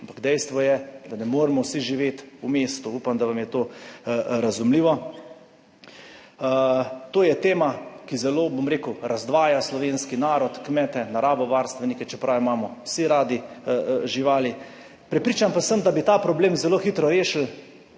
ampak dejstvo je, da ne moremo vsi živeti v mestu. Upam, da vam je to razumljivo. To je tema, ki zelo razdvaja slovenski narod, kmete, naravovarstvenike, čeprav imamo vsi radi živali, prepričan pa sem, da bi ta problem zelo hitro rešili,